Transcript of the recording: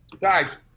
Guys